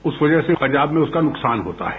उस वजह से पंजाब में उसका नुकसान होता है